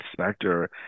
sector